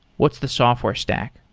what's the software stack?